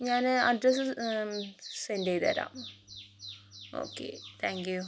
ഞാന് അഡ്രസ്സ് സെൻറ്റെയ്ത് തരാം ഓക്കെ താങ്ക്യു